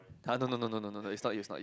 ah no no no no no is not you is not you